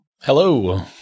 Hello